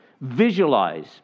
Visualize